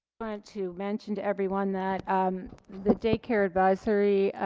but to mention to everyone that um the day care advisory